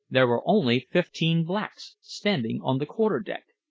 there were only fifteen blacks, standing on the quarter-deck,